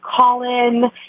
Colin